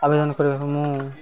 ଆବେଦନ କରିବା